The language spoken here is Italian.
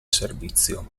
servizio